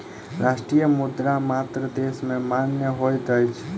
राष्ट्रीय मुद्रा मात्र देश में मान्य होइत अछि